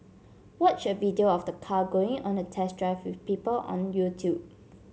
watch a video of the car going on a test drive with people on YouTube